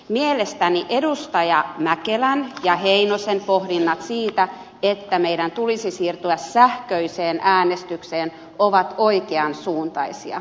mielestäni edustajien mäkelän ja heinosen pohdinnat siitä että meidän tulisi siirtyä sähköiseen äänestykseen ovat oikeansuuntaisia